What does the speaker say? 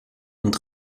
und